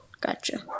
Gotcha